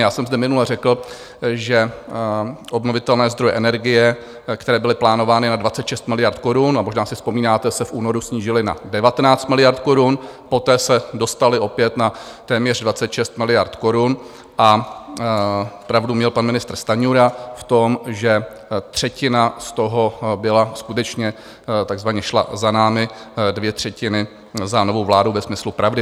Já jsem zde minule řekl, že obnovitelné zdroje energie, které byly plánovány na 26 miliard korun, a možná si vzpomínáte, se v únoru snížily na 19 miliard korun, poté se dostaly opět na téměř 26 miliard korun, a pravdu měl pan ministr Stanjura v tom, že třetina z toho skutečně takzvaně šla za námi, dvě třetiny za novou vládou ve smyslu pravdy.